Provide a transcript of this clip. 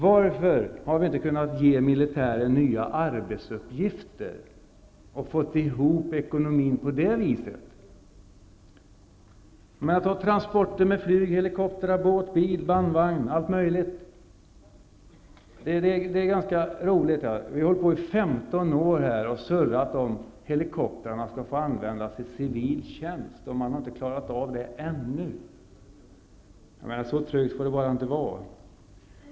Varför har vi inte kunnat ge militären nya arbetsuppgifter och fått ihop ekonomin på det viset? Ta transporter med flyg, helikoptrar, båt, bil, bandvagn, allt möjligt! Det är ganska roligt, vad? Vi har hållit på i 15 år och surrat om helikoptrarna skall få användas i civil tjänst, och man har inte klarat av det ännu. Så trögt får det bara inte vara.